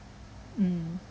mm